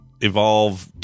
evolve